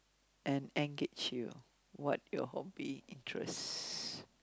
and engage you what your hobby interests